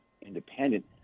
independent